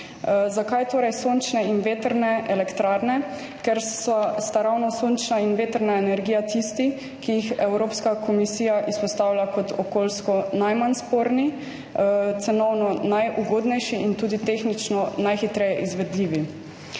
Zakaj torej sončne in vetrne elektrarne? Ker sta ravno sončna in vetrna energija tisti, ki jih Evropska komisija izpostavlja kot okoljsko najmanj sporni, cenovno najugodnejši in tudi tehnično najhitreje izvedljivi.